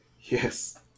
Yes